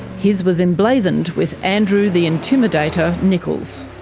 his was emblazoned with andrew the intimidator nickolls.